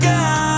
God